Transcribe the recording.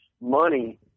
money